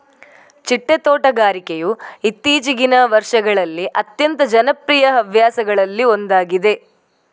ಚಿಟ್ಟೆ ತೋಟಗಾರಿಕೆಯು ಇತ್ತೀಚಿಗಿನ ವರ್ಷಗಳಲ್ಲಿ ಅತ್ಯಂತ ಜನಪ್ರಿಯ ಹವ್ಯಾಸಗಳಲ್ಲಿ ಒಂದಾಗಿದೆ